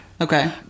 okay